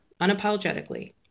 unapologetically